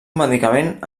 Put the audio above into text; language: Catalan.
medicament